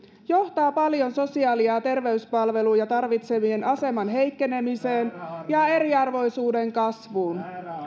johtaa paljon sosiaali ja terveyspalveluja tarvitsevien aseman heikkenemiseen ja eriarvoisuuden kasvuun